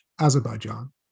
Azerbaijan